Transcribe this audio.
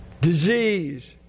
Disease